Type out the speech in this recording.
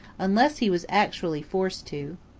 unless he was actually forced to.